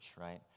right